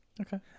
Okay